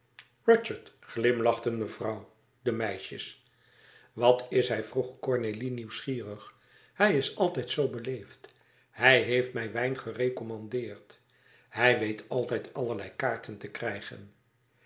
rudyard glimlachten mevrouw de meisjes wat is hij vroeg cornélie nieuwsgierig hij is altijd zoo beleefd hij heeft mij wijn gerecommandeerd hij weet altijd allerlei kaarten te krijgen